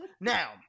now